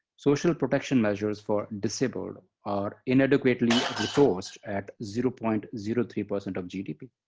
social protection measures for disabled are inadequately resourced at zero point zero three but and of gdp.